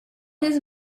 his